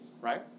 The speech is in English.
right